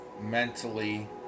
mentally